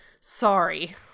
Sorry